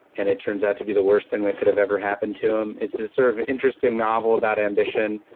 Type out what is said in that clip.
and it turns out to be the worst thing that could have ever happened to him. it's this sort of interesting novel about ambition,